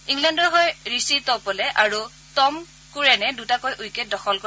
ইংলেণ্ডৰ হৈ Reece Topley আৰু টম কৰেনে দটাকৈ উইকেট দখল কৰে